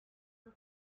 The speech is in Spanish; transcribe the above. sus